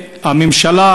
הממשלה,